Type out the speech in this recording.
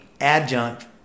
adjunct